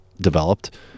developed